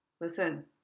Listen